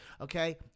okay